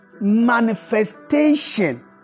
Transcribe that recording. manifestation